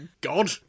God